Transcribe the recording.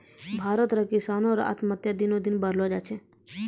भारत रो किसानो रो आत्महत्या दिनो दिन बढ़लो जाय छै